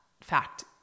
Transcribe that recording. fact